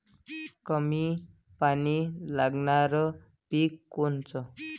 कमी पानी लागनारं पिक कोनचं?